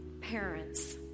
Parents